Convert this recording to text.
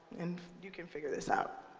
and you can figure this out.